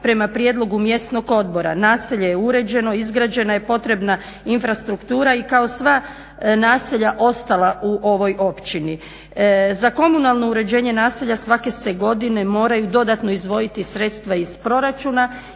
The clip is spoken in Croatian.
prema prijedlogu mjesnog odbora. Naselje je uređeno, izgrađena je potrebna infrastruktura i kao sva naselja ostala u ovoj općini. Za komunalno uređenje naselja svake se godine moraju dodatno izdovoljiti sredstva iz proračuna